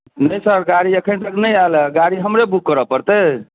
नहि सर गाड़ी अखन तक नहि आयल हेँ गाड़ी हमरे बुक करय पड़तै